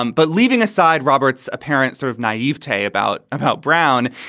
um but leaving aside roberts aparents sort of naivety about about brown,